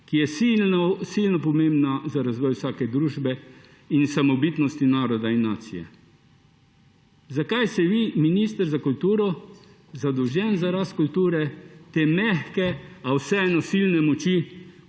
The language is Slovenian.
ki je silno pomembna za razvoj vsake družbe in samobitnosti naroda in nacije. Zakaj se vi, minister za kulturo, zadolžen za rast kulture, te mehke, a vseeno silne moči,